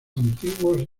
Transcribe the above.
antiguos